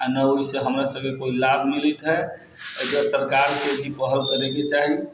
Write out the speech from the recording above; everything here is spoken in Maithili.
आ नहि ओहिसँ हमरा सभके कोइ लाभ मिलत है एहिले सरकारके पहल करैके चाही